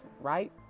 right